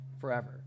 forever